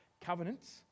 covenants